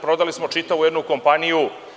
Prodali smo čitavu jednu kompaniju.